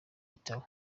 igitabo